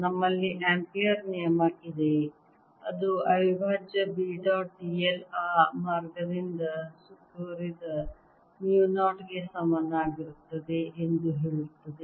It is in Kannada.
ನಮ್ಮಲ್ಲಿ ಆಂಪಿಯರ್ ನಿಯಮ ಇದೆ ಅದು ಅವಿಭಾಜ್ಯ B ಡಾಟ್ d l ಆ ಮಾರ್ಗದಿಂದ ಸುತ್ತುವರಿದ ಮು 0 ಗೆ ಸಮನಾಗಿರುತ್ತದೆ ಎಂದು ಹೇಳುತ್ತದೆ